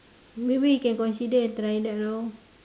maybe we can consider and try that lor